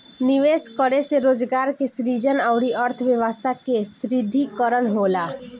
निवेश करे से रोजगार के सृजन अउरी अर्थव्यस्था के सुदृढ़ीकरन होला